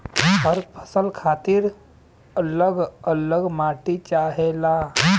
हर फसल खातिर अल्लग अल्लग माटी चाहेला